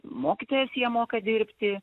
mokytojas ja moka dirbti